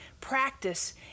practice